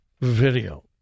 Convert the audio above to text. video